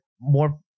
more